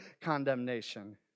condemnation